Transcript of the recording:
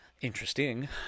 interesting